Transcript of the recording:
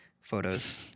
photos